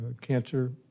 cancer